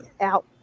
out